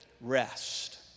Rest